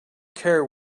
care